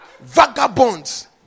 Vagabonds